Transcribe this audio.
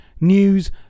news